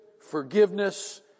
forgiveness